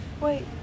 wait